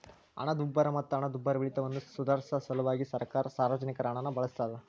ಹಣದುಬ್ಬರ ಮತ್ತ ಹಣದುಬ್ಬರವಿಳಿತವನ್ನ ಸುಧಾರ್ಸ ಸಲ್ವಾಗಿ ಸರ್ಕಾರ ಸಾರ್ವಜನಿಕರ ಹಣನ ಬಳಸ್ತಾದ